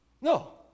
No